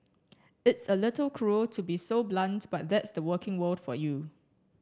it's a little cruel to be so blunt but that's the working world for you